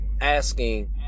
asking